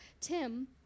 Tim